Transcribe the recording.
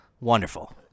Wonderful